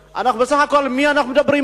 בסך הכול על מי אנחנו מדברים?